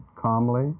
calmly